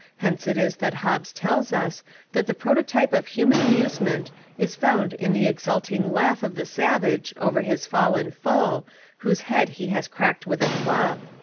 hence it is that hobbes tells us that the pro totype of human amusement is found in the ex ulting laugh of the savage over his fallen foe whose head he has cracked with a club.